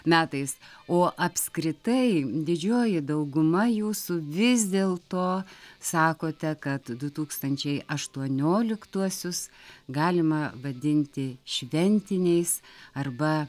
metais o apskritai didžioji dauguma jūsų vis dėlto sakote kad du tūkstančiai aštuonioliktuosius galima vadinti šventiniais arba